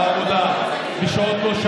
על עבודה בשעות-לא-שעות.